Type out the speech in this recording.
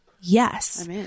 Yes